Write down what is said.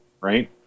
right